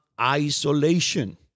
Isolation